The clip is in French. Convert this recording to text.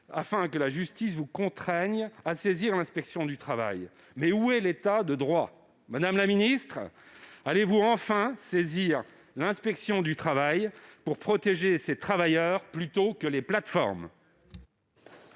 afin que la justice vous contraigne à solliciter l'inspection du travail. Mais où est donc passé l'État de droit ? Madame la ministre, allez-vous enfin saisir l'inspection du travail pour protéger ces travailleurs plutôt que les plateformes ?